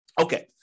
Okay